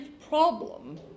problem